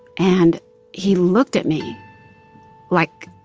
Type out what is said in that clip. and he looked at me like.